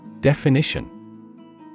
Definition